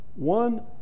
One